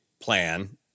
plan